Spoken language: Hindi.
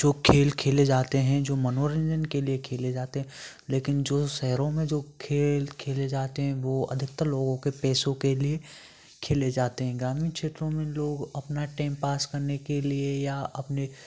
जो खेल खेले जाते हैं जो मनोरंजन के लिए खेले जाते हैं लेकिन जो शहरों में जो खेल खेले जाते हैं वह अधिकतर लोगों के पैसों के लिए खेले जाते हैं ग्रामीण क्षेत्रों में लोग अपना टेम पास करने के लिए या अपने